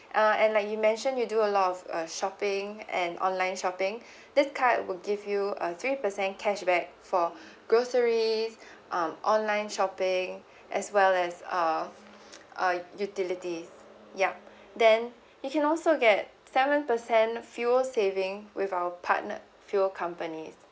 uh and like you mention you do a lot of uh shopping and online shopping this card will give you a three percent cashback for groceries um online shopping as well as uh uh utilities yup then you can also get seven percent fuel saving with our partnered fuel company